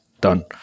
Done